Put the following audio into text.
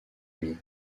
amis